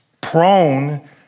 prone